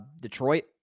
Detroit